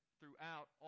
throughout